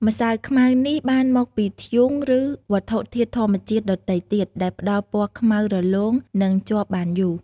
ម្សៅខ្មៅនេះបានមកពីធ្យូង ឬវត្ថុធាតុធម្មជាតិដទៃទៀតដែលផ្តល់ពណ៌ខ្មៅរលោង និងជាប់បានយូរ។